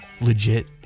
legit